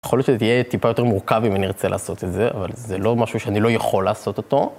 יכול להיות שזה תהיה טיפה יותר מורכב אם אני ארצה לעשות את זה, אבל זה לא משהו שאני לא יכול לעשות אותו.